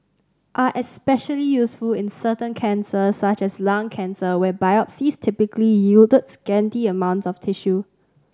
are especially useful in certain cancers such as lung cancer where biopsies typically yield scanty amount of tissue